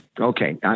Okay